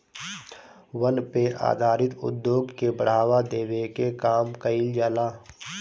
वन पे आधारित उद्योग के बढ़ावा देवे के काम कईल जाला